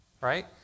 Right